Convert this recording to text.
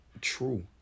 true